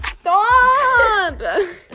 Stop